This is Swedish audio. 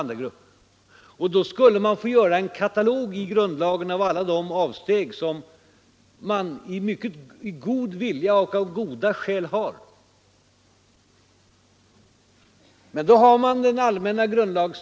Då skulle man i grundlagen få göra en katalog över alla de avsteg som man med god vilja och av goda skäl har bestämt sig för att göra.